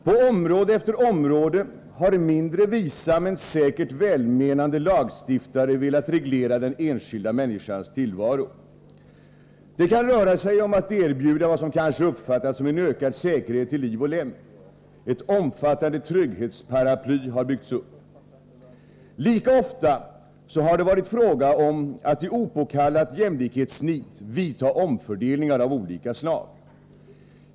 På område efter område har mindre visa men säkert välmenande lagstiftare velat reglera den enskilda människans tillvaro. Det kan röra sig om att erbjuda vad som kanske uppfattats som en ökad säkerhet till liv och lem. Ett omfattande trygghetsparaply har byggts upp. Lika ofta har det varit fråga om att i opåkallat jämlikhetsnit vidta omfördelningar av olika slag.